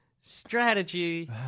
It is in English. strategy